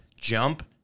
jump